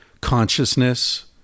consciousness